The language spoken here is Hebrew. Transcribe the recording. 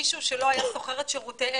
מישהו שלא היה שוכר את שירותיהם,